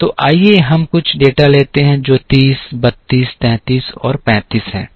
तो आइए हम कुछ डेटा लेते हैं जो 30 32 33 और 35 है